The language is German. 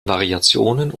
variationen